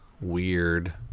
weird